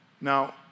Now